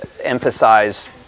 emphasize